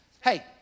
Hey